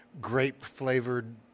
grape-flavored